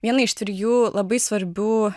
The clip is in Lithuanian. viena iš trijų labai svarbių